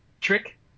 trick